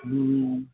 हूँ